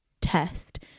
test